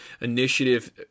initiative